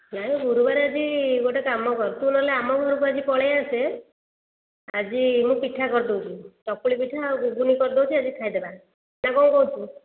ନାଇ ଗୁରୁବାର ଆଜି ଗୋଟେ କାମ କର ତୁ ନହେଲେ ଆମ ଘରକୁ ଆଜି ପଳେଇ ଆସେ ଆଜି ମୁଁ ପିଠା କରିଦେଉଛି ଚକୁଳି ପିଠା ଆଉ ଘୁଗୁନି କରିଦେଉଛି ଆଜି ଖାଇଦବା ନା କ'ଣ କହୁଛୁ